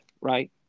Right